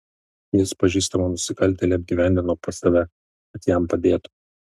jis pažįstamą nusikaltėlį apgyvendino pas save kad jam padėtų